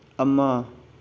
ꯑꯃ